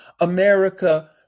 America